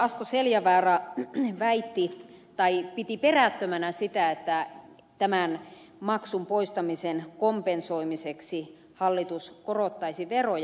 asko seljavaara piti perättömänä sitä että tämän maksun poistamisen kompensoimiseksi hallitus korottaisi veroja